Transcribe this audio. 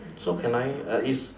so can I uh is